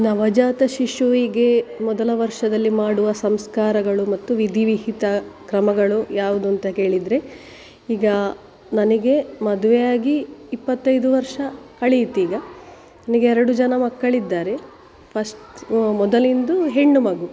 ನವಜಾತ ಶಿಶುವಿಗೆ ಮೊದಲ ವರ್ಷದಲ್ಲಿ ಮಾಡುವ ಸಂಸ್ಕಾರಗಳು ಮತ್ತು ವಿಧಿವಿಹಿತ ಕ್ರಮಗಳು ಯಾವುದು ಅಂತ ಕೇಳಿದರೆ ಈಗ ನನಗೆ ಮದುವೆಯಾಗಿ ಇಪ್ಪತ್ತೈದು ವರ್ಷ ಕಳೀತು ಈಗ ನನಿಗೆ ಎರಡು ಜನ ಮಕ್ಕಳು ಇದ್ದಾರೆ ಫಸ್ಟ್ ಮೊದಲಿಂದು ಹೆಣ್ಣು ಮಗು